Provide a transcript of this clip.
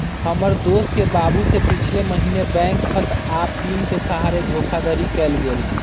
हमर दोस के बाबू से पिछले महीने बैंक खता आऽ पिन के सहारे धोखाधड़ी कएल गेल